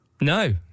No